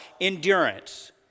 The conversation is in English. endurance